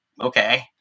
okay